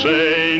say